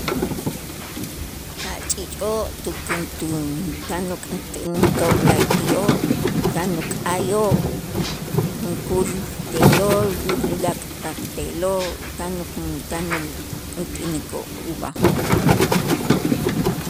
A' ch'iich'oo' tukäntu tan uk'unt'änitoo' la'ayti'oo' tan uk'ayoo' junkuul te'lo' u- ulaak' tak te'lo' tan ukun tan ut'änikoo' ub'ajoo'.